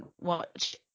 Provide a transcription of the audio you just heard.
watch